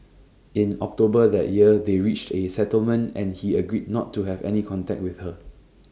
in October that year they reached A settlement and he agreed not to have any contact with her